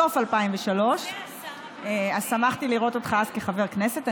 בסוף 2003. אז שמחתי לראות אותך כחבר כנסת.